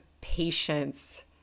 patience